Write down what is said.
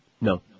No